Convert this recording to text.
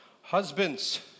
Husbands